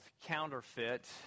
Counterfeit